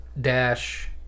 dash